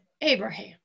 Abraham